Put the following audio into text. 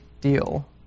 deal